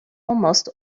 almost